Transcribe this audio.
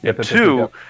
Two